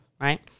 right